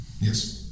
Yes